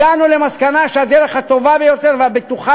הגענו למסקנה שהדרך הטובה ביותר והבטוחה